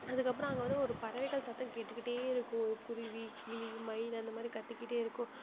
அதுக்கப்புறம் அங்கே வந்து ஒரு பறவைகள் சத்தம் கேட்டுக்கிட்டே இருக்கும் ஒரு குருவி கிளி மயில் அந்த மாதிரி கத்திக்கிட்டேயிருக்கும்